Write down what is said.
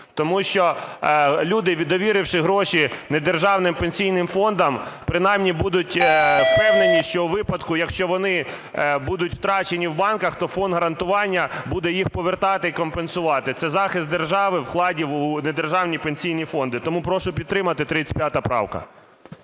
Тому що люди, довіривши гроші недержавним пенсійним фондам, принаймні будуть впевнені, що у випадку, якщо вони будуть втрачені в банках, то Фонд гарантування буде їх повертати і компенсувати. Це захист держави вкладів у недержавні пенсійні фонди. Тому прошу підтримати, 35 правка.